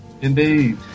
Indeed